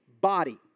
body